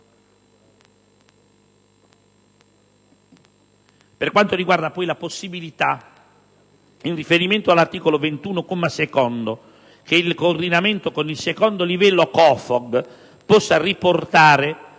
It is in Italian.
Per quanto riguarda poi la possibilità, in riferimento all'articolo 21, comma 2, che il coordinamento con il secondo livello COFOG (*Classification